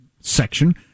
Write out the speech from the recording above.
section